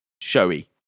showy